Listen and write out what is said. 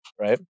right